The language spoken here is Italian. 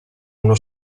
uno